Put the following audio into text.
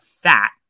fat